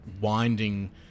winding